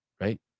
Right